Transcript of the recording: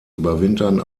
überwintern